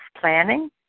planning